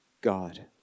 God